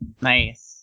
Nice